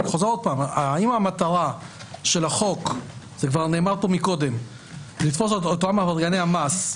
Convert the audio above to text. אם המטרה של החוק היא לתפוס את אותם עברייני המס,